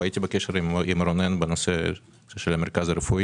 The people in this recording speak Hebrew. והייתי בקשר עם רונן בנושא של המרכז הרפואי,